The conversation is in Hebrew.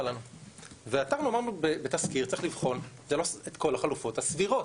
ועתרנו, בתזכיר צריך לבחון את כל החלופות הסבירות,